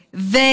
כרגע.